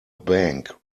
bank